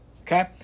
Okay